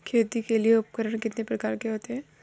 खेती के लिए उपकरण कितने प्रकार के होते हैं?